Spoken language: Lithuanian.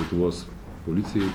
lietuvos policijai